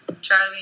Charlie